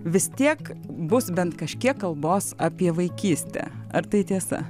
vis tiek bus bent kažkiek kalbos apie vaikystę ar tai tiesa